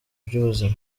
by’ubuzima